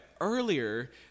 earlier